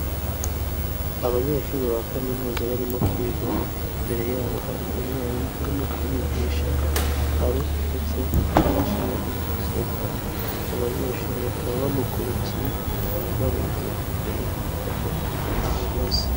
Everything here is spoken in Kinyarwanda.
Abanyeshuri ba kaminuza barimo kwiga imbere yabo hari umwarimu urimo kubigisha, hari ndetse n'imashini ya mudasobwa aba abanyeshuri bakaba bamukurikiye barebye imbere aho ahagaze.